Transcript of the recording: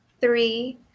three